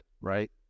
right